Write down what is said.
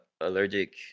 allergic